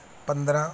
ਪੰਦਰਾਂ